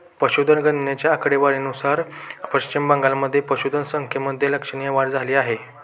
पशुधन गणनेच्या आकडेवारीनुसार पश्चिम बंगालमध्ये पशुधन संख्येमध्ये लक्षणीय वाढ झाली आहे